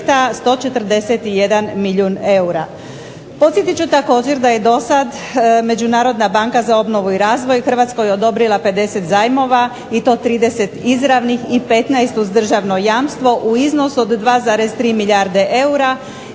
21 milijun eura